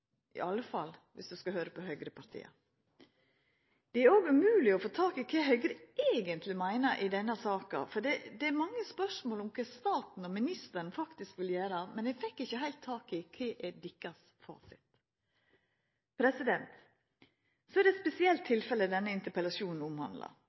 i alle fall dersom du skal høyra på høgrepartia. Det er òg umogleg å få tak i kva Høgre eigentleg meiner i denne saka. Det er mange spørsmål om kva staten og ministeren faktisk vil gjera, men eg fekk ikkje heilt tak i kva deira fasit er. Det er eit spesielt